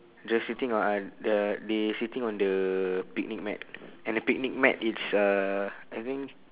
they're sitting on the they sitting on the picnic mat and the picnic mat it's uh I think